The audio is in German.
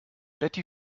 betty